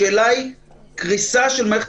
השאלה היא קריסה של מערכת